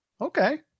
Okay